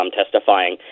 testifying